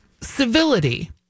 civility